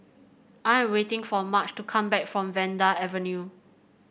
I am waiting for Marge to come back from Vanda Avenue